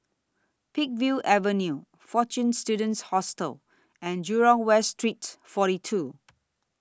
Peakville Avenue Fortune Students Hostel and Jurong West Street forty two